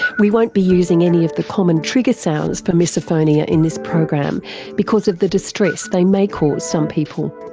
we won't be using any of the common trigger sounds for misophonia in this program because of the distress they may cause some people.